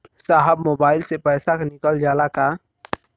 साहब मोबाइल से पैसा निकल जाला का?